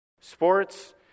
Sports